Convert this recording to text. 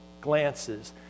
glances